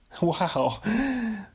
Wow